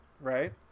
right